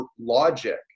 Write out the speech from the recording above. logic